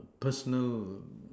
personal